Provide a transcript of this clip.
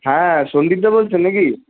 হ্যাঁ সন্দীপদা বলছেন নাকি